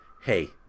hey